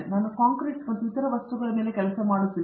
ನಾನು ಕಾಂಕ್ರೀಟ್ ಮತ್ತು ಇತರ ನಿರ್ಮಾಣ ವಸ್ತುಗಳ ಮೇಲೆ ಕೆಲಸ ಮಾಡುತ್ತಿದ್ದೇನೆ